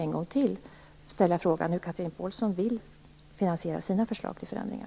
Pålsson vill finansiera sina förslag till förändringar.